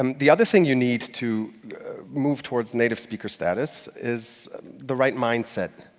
um the other thing you need to move towards native-speaker status is the right mindset,